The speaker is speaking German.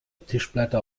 tischplatte